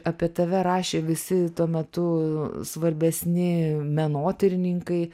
apie tave rašė visi tuo metu svarbesni menotyrininkai